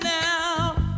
now